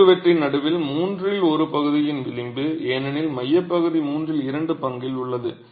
குறுக்குவெட்டின் நடுவில் மூன்றில் ஒரு பகுதியின் விளிம்பு ஏனெனில் மையப்பகுதி மூன்றில் இரண்டு பங்கில் உள்ளது